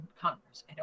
Congress